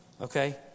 Okay